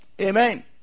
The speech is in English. Amen